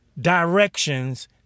directions